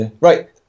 Right